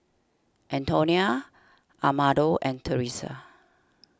Antonio Amado and Teressa